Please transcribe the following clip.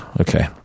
okay